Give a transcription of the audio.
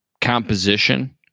composition